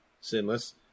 sinless